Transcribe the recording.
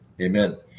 Amen